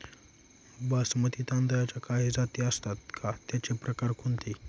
बासमती तांदळाच्या काही जाती असतात का, त्याचे प्रकार कोणते?